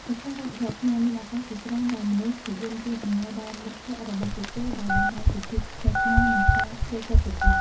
នៅក្នុងវប្បធម៌ខ្មែរ មានឱកាសជាច្រើនដែលមនុស្សនិយមជូនអំណោយដល់មិត្តភក្តិរបស់ពួកគេ ដោយបង្ហាញពីភាពស្និទ្ធស្នាល និងការយកចិត្តទុកដាក់។